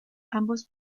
ambos